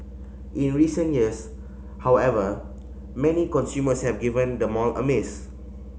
in recent years however many consumers have given the mall a miss